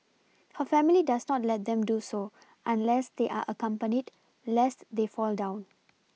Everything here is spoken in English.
her family does not let them do so unless they are accompanied lest they fall down